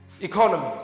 Economy